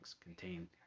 contain